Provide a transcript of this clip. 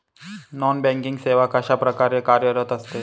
Non banking सेवा कशाप्रकारे कार्यरत असते?